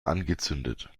angezündet